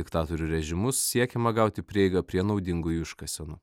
diktatorių režimus siekiama gauti prieigą prie naudingųjų iškasenų